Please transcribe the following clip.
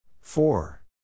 four